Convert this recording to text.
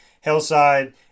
Hillside